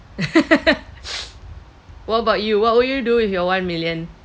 what about you what will you do with your one million